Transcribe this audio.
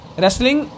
wrestling